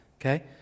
okay